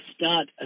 start